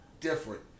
different